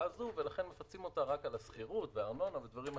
הזו ולכן מפצים אותה רק על השכירות וארנונה ודברים אחרים.